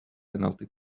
penalty